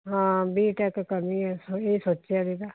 ਹਾਂ ਬੀਟੈਕ ਕਰਨੀ ਆ ਇਹ ਸੋਚਿਆ ਸੀਗਾ